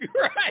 Right